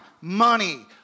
money